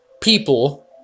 people